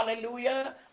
Hallelujah